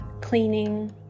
cleaning